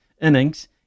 innings